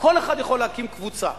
כל אחד יכול להקים קבוצה,